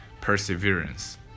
perseverance